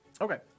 Okay